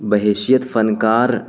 بہیشیت فنکار